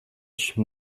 šim